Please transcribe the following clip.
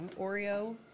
oreo